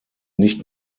nicht